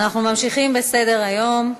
אנחנו ממשיכים בסדר-היום: